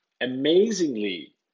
amazingly